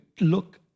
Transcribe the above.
look